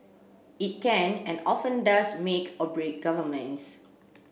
it can and often does make or break governments